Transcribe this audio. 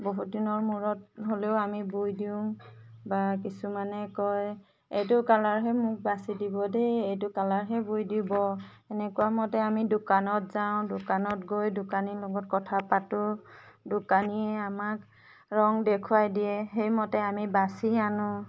বহুত দিনৰ মূৰত হ'লেও আমি বয় দিও বা কিছুমানে কয় এইটো কালাৰহে মোক বাচি দিব দেই এইটো কালাৰহে বয় দিব তেনেকুৱা মতে আমি দোকানত যাওঁ দোকানত গৈ দোকানীৰ লগত কথা পাতোঁ দোকানীয়ে আমাক ৰং দেখুৱাই দিয়ে সেইমতে আমি বাচি আনো